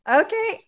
Okay